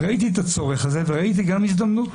ראיתי את הצורך הזה, וראיתי גם הזדמנות.